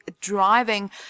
driving